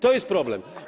To jest problem.